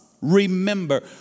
remember